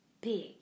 big